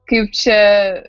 kaip čia